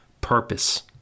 purpose